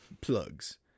Plugs